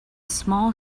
small